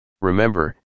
Remember